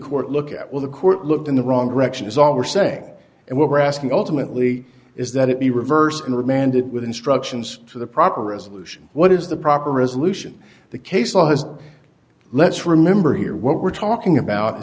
court look at with the court looked in the wrong direction is all we're saying and what we're asking ultimately is that it be reversed and remanded with instructions to the proper resolution what is the proper resolution the case law has let's remember here what we're talking about